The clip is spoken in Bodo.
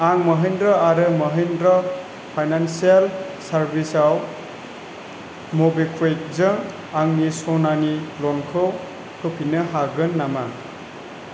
आं महिन्द्रा आरो महिन्द्रा फाइनान्सियेल सार्भिसाव मबिक्वुइकजों आंनि स'नानि ल'नखौ होफिन्नो हागोन नामा